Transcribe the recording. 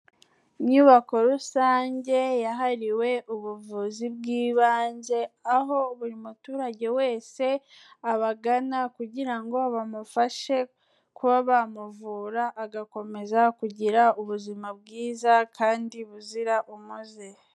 Inyubako rusange yahariwe ubuvuzi bw'ibanze, aho buri muturage wese abagana kugira ngo bamufashe kuba bamuvura, agakomeza kugira ubuzima bwiza kandi buzira umuze.